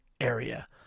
area